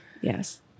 yes